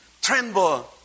Tremble